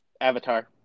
Avatar